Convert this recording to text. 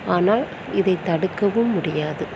ஆனால் இதை தடுக்கவும் முடியாது